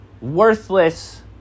Worthless